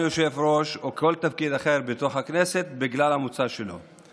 יושב-ראש או מכל תפקיד אחר בתוך הכנסת בגלל המוצא שלו,